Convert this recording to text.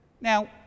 Now